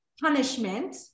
punishment